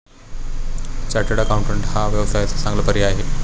chartered accountant हा व्यवसायाचा चांगला पर्याय आहे